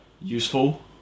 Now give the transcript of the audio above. useful